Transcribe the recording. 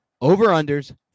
over-unders